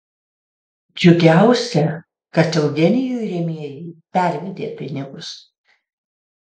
džiugiausia kad eugenijui rėmėjai pervedė pinigus